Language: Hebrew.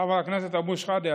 חבר הכנסת אבו שחאדה,